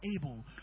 able